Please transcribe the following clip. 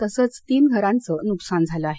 तसंच तीन घराचं नुकसान झालं आहे